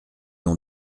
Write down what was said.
ont